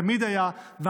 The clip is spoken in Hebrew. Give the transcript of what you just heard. תמיד היה כך,